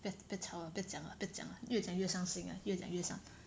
不要不要讲了不要讲了不要讲了越讲越伤心越讲越伤心